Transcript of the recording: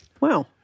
Wow